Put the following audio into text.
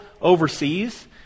overseas